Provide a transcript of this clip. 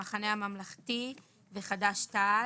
המחנה הממלכתי וחד"ש-תע"ל.